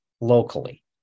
locally